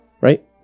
Right